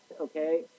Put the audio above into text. okay